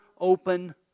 open